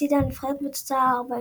הפסידה הנבחרת בתוצאה 1 - 4.